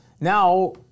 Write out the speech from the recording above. Now